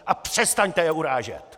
A přestaňte je urážet!